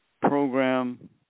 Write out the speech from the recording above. program